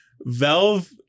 Valve